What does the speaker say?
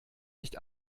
nicht